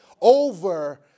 over